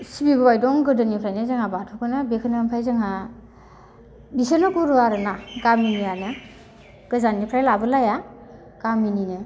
सिबिबोबाय दं गोदोनिफ्रायनो जोंहा बाथौखौनो बेखौनो ओमफाय जोंहा बिसोरनो गुरु आरोना गामिनि आरोना गोजाननिफ्राय लाबोलाया गामिनिनो